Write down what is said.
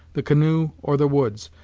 the canoe or the woods,